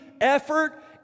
effort